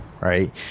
right